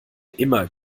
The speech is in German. immer